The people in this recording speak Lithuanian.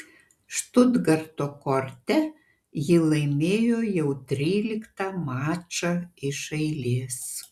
štutgarto korte ji laimėjo jau tryliktą mačą iš eilės